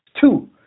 Two